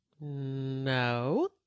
No